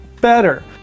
better